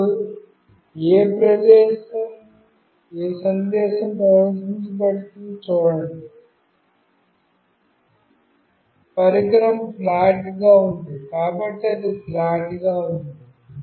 ఇప్పుడు ఏ సందేశం ప్రదర్శించబడుతుందో చూడండి పరికరం ఫ్లాట్ గా ఉంది కాబట్టి ఇది ఫ్లాట్ గా ఉంది